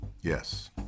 Yes